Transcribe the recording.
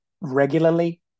regularly